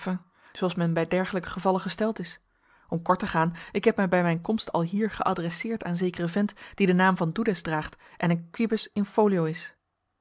zooals men bij dergelijke gevallen gesteld is om kort te gaan ik heb mij bij mijn komst alhier geadresseerd aan zekeren vent die den naam van doedes draagt en een quibus in folio is